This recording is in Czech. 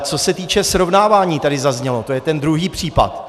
Co se týče srovnání, co tady zaznělo, to je ten druhý případ.